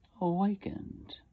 awakened